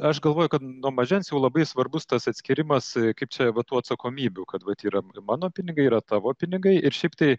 į aš galvoju kad nuo mažens jau labai svarbus tas atskyrimas kaip čia va tų atsakomybių kad vat yra mano pinigai yra tavo pinigai ir šiaip tai